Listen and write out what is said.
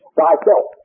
thyself